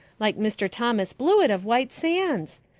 like mr. thomas blewett of white sands.